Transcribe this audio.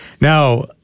Now